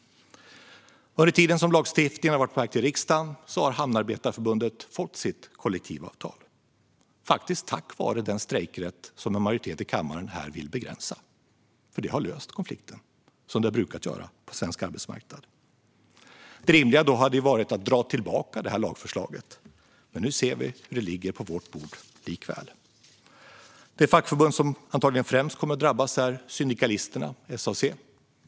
Under tiden som lagstiftningen har varit på väg till riksdagen har Hamnarbetarförbundet fått sitt kollektivavtal, faktiskt tack vare den strejkrätt som en majoritet här i kammaren vill begränsa. Det har löst konflikten, så som det brukar göra på svensk arbetsmarknad. Det rimliga hade varit att dra tillbaka detta lagförslag, men nu ser vi att det likväl ligger på vårt bord. Det fackförbund som antagligen främst kommer att drabbas är Syndikalisterna, SAC.